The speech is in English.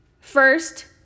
First